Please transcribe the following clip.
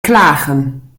klagen